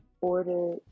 order